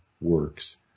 works